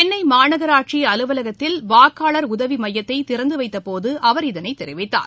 சென்னை மாநகராட்சி அலுவலகத்தில் வாக்காளர் உதவி மையத்தை திறந்து வைத்தபோது அவர் இதனைத் தெரிவித்தார்